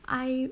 I